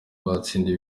batsindiye